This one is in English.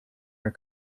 her